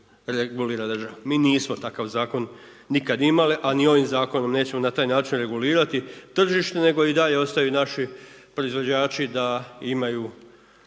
regulira država. Mi nismo takav zakon nikad imali, a ni ovim Zakonom nećemo na taj način regulirati tržište, nego i dalje ostaju naši proizvođači da imaju